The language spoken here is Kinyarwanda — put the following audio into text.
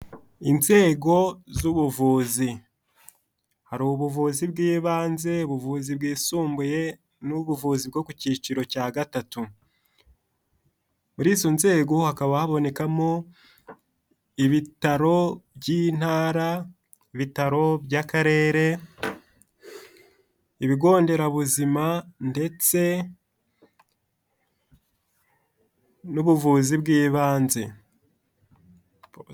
Inzego z'ubuvuzi hari ubuvuzi bw'ibanze ubuvuzi bwisumbuye, n'ubuvuzi ku cyiciro cya gatatu. Muri izo nzego hakaba hakamo ibitaro by'intara, ibitaro by'Akarere ibigo nderabuzima ndetse n'ubuvuzi bw'ibanze.